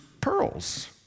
pearls